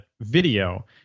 video